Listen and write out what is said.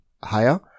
higher